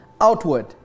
outward